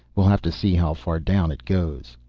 we'll have to see how far down it goes.